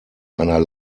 einer